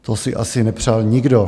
To si asi nepřál nikdo.